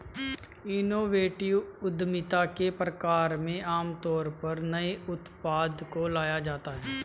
innovative उद्यमिता के प्रकार में आमतौर पर नए उत्पाद को लाया जाता है